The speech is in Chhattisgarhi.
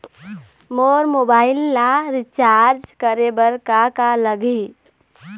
मोर मोबाइल ला रिचार्ज करे बर का का लगही?